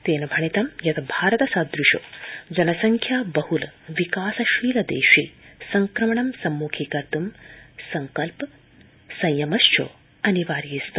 तेन भणितं यत् भारत सद्रश जनसंख्या बहुल विकासशील देशे संक्रमणं सम्मुखीकर्त् संकल्प संयमश्च अनिवार्ये स्त